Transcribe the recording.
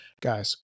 guys